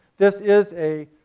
this is a